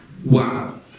Wow